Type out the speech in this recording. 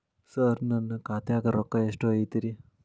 ಸರ ನನ್ನ ಖಾತ್ಯಾಗ ರೊಕ್ಕ ಎಷ್ಟು ಐತಿರಿ?